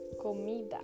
comida